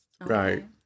Right